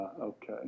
Okay